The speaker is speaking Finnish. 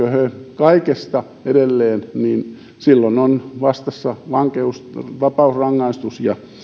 kaikesta edelleen niin silloin ovat vastassa vapausrangaistus ja